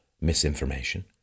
misinformation